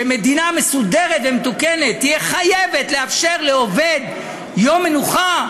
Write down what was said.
שמדינה מסודרת ומתוקנת תהיה חייבת לאפשר לעובד יום מנוחה,